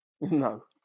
No